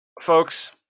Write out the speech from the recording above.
folks